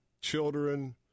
Children